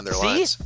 See